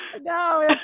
no